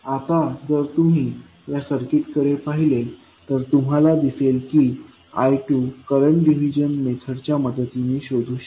आता जर तुम्ही या सर्किटकडे पाहिले तर तुम्हाला दिसेल की I2करंट डिव्हिजन मेथड च्या मदतीने शोधू शकतो